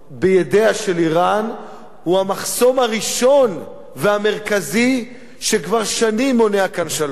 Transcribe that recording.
בידיה של אירן הוא המחסום הראשון והמרכזי שכבר שנים מונע כאן שלום.